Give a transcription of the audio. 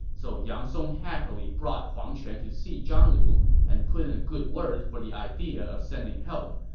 so yang song happily brought huang quan to see zhang lu and put in a good word for the idea of sending help.